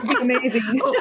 Amazing